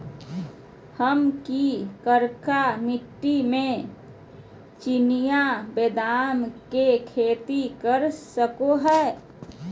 हम की करका मिट्टी में चिनिया बेदाम के खेती कर सको है?